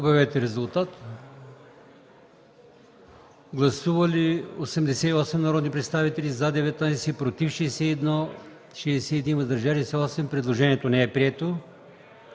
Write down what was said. Обявете резултат. Гласували 94 народни представители: за 86, против 7, въздържал се 1. Предложението е прието.